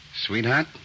Sweetheart